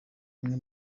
imwe